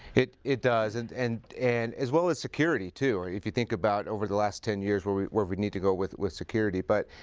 it it does and and and as well as security too if you think about over the last ten years where we where we need to go with with security but